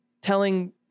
telling